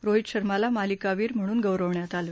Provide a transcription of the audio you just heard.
रोहित शर्माला मालिकावीर म्हणून गौरवण्यात आलं